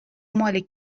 مال